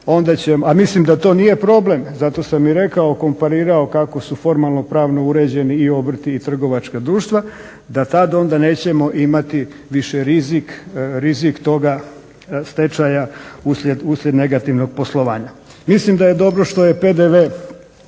a mislim da to nije problem, zato sam i rekao, komparirao kako su formalno pravno uređeni i obrti i trgovačka društva da tada onda nećemo imati više rizik, rizik toga stečaja uslijed negativnog poslovanja. Mislim da je dobro što se PDV